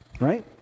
right